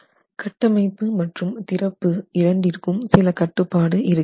கட்டமைப்பு மற்றும் திறப்பு இரண்டிற்கும் சில கட்டுப்பாடு இருக்கிறது